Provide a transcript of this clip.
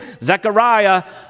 Zechariah